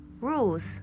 rules